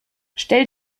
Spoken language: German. stell